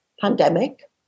pandemic